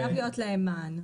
חייב להיות להם מען,